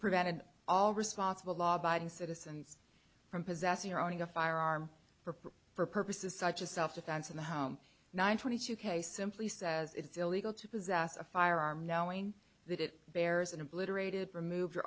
prevented all responsible law abiding citizens from possessing or owning a firearm for purposes such as self defense in the home nine twenty two case simply says it's illegal to possess a firearm knowing that it bears and obliterated removed